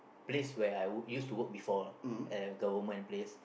place where I work used to work before at old time place